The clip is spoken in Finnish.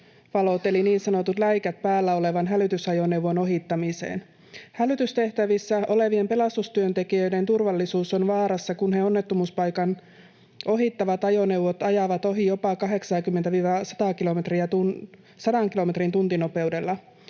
eli niin sanotut läikät päällä olevan hälytysajoneuvon ohittamiseen. Hälytystehtävissä olevien pelastustyöntekijöiden turvallisuus on vaarassa, kun onnettomuuspaikan ohittavat ajoneuvot ajavat ohi jopa 80—100 kilometrin tuntinopeudella.